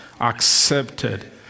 Accepted